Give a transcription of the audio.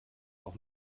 auch